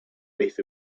breath